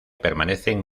permanecen